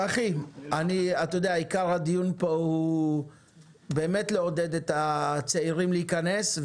עיקר הדיון פה הוא לעודד את הצעירים להיכנס.